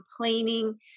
complaining